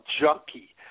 junkie